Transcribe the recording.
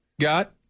Got